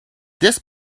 this